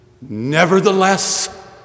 Nevertheless